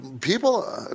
people